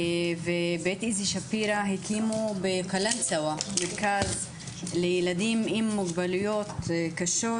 ובית איזי שפירא הקימו בקלנסווה מרכז לילדים עם מוגבלויות קשות,